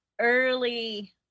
early